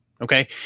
okay